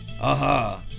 Aha